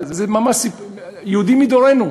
זה ממש יהודי מדורנו,